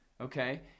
Okay